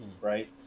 right